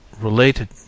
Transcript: related